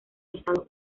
estados